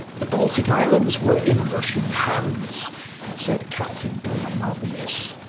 the baltic islands were in russian hands said captain bleeding obvious